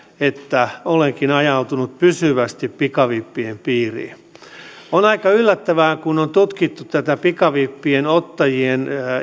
että olemmekin ajautuneet pysyvästi pikavippien piiriin on aika yllättävää kun on tutkittu tätä pikavippien ottajien